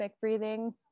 breathing